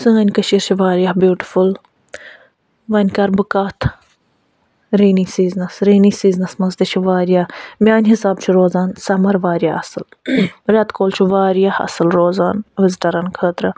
سٲنۍ کٔشیٖر چھےٚ واریاہ بیوٗٹِفُل وۄنۍ کَرٕ بہٕ کَتھ رینی سیٖزٕنَس رینی سیٖزٕنَس تہِ چھِ واریاہ میٛانہِ حِساب چھُ روزان سَمَر واریاہ اَصٕل رٮ۪تہٕ کول چھُ واریاہ اَصٕل روزان وِزِٹَرَن خٲطرٕ